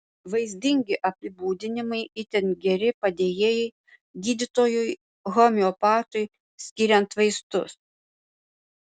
vaizdingi apibūdinimai itin geri padėjėjai gydytojui homeopatui skiriant vaistus